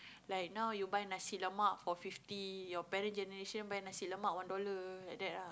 like now you buy nasi-lemak four fifty your parent generation buy nasi-lemak one dollar like that ah